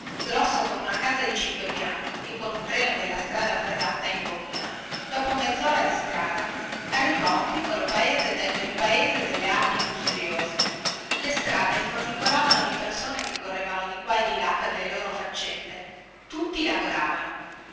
grosso come una casa di cinque piani e con un treno della strada ferrata in bocca dopo mezzora di strada arrivò a un piccolo paese detto il paese delle api industriose le strade formicolavano di persone che correvano di qua e di là per le loro faccende tutti lavoravano